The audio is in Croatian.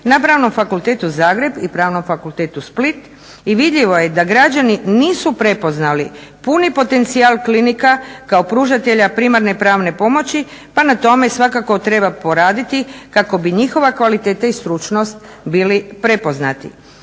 na Pravnom fakultetu Zagrebu i Pravnom fakultetu Split i vidljivo je da građani nisu prepoznali puni potencijal klinika kao pružatelja primarne pravne pomoći pa na tome svakako treba poraditi kako bi njihova kvaliteta i stručnost bili prepoznati.